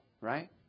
right